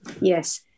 yes